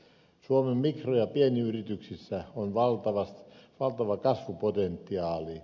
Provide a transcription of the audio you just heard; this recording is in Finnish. suomen mikro ja pienyrityksissä on valtava kasvupotentiaali